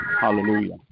hallelujah